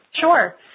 Sure